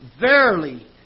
Verily